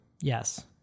Yes